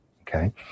Okay